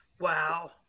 Wow